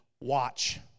Watch